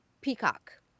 Peacock